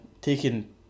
taking